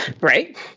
right